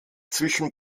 zwischen